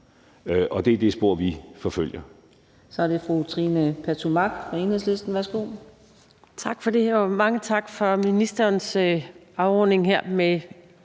Så det er det spor, vi forfølger.